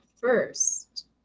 first